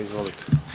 Izvolite.